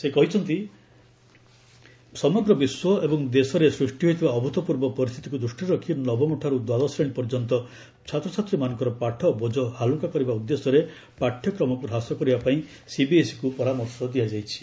ସେ କହିଛନ୍ତି ସମଗ୍ର ବିଶ୍ୱ ଏବଂ ଦେଶରେ ସୃଷ୍ଟି ହୋଇଥିବା ଅଭୂତ୍ପୂର୍ବ ପରିସ୍ଥିତିକୁ ଦୂଷ୍ଟିରେ ରଖି ନବମଠାରୁ ଦ୍ୱାଦଶ ଶ୍ରେଣୀ ପର୍ଯ୍ୟନ୍ତ ଛାତ୍ରଛାତ୍ରୀମାନଙ୍କର ପାଠ ବୋଝ ହାଲୁକା କରିବା ଉଦ୍ଦେଶ୍ୟରେ ପାଠ୍ୟକ୍ରମକୁ ହ୍ରାସ କରିବା ପାଇଁ ସିବିଏସ୍ଇକୁ ପରାମର୍ଶ ଦିଆଯାଇଛି